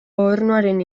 gobernuaren